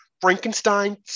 Frankenstein